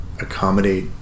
accommodate